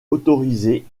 autorisée